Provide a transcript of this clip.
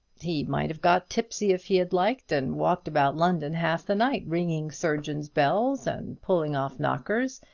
he might have got tipsy if he had liked, and walked about london half the night, ringing surgeons' bells, and pulling off knockers,